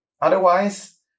Otherwise